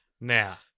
Now